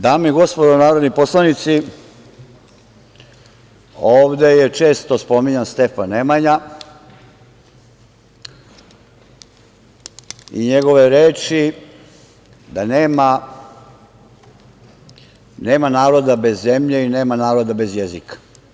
Dame i gospodo narodni poslanici, ovde je često spominjan Stefan Nemanja i njegove reči da nema naroda bez zemlje i nema naroda bez jezika.